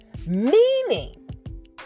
Meaning